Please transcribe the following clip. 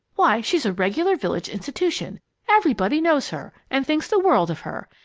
why, she's a regular village institution everybody knows her and thinks the world of her.